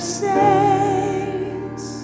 saints